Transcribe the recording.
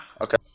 Okay